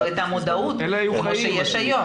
לא הייתה מודעות כמו שיש היום.